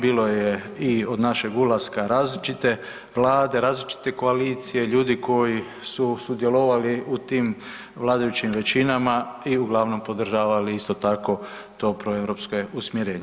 Bilo je i od našeg ulaska različite vlade, različite koalicije, ljudi koji su sudjelovali u tim vladajućim većinama i uglavnom podržavali isto tako to proeuropsko usmjerenje.